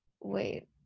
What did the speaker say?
Wait